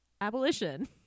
abolition